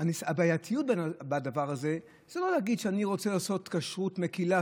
הבעייתיות בדבר הזה זה לא להגיד שאני רוצה לעשות כשרות מקילה,